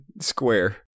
square